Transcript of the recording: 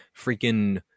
Freaking